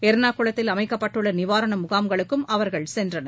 எர்ணாகுளத்தில் அமைக்கப்பட்டுள்ள நிவாரண முகாம்களுக்கும் அவர்கள் சென்றனர்